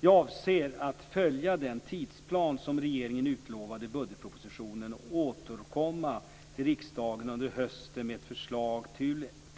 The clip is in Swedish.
Jag avser att följa den tidsplan som regeringen utlovade i budgetpropositionen och återkomma till riksdagen under hösten med ett förslag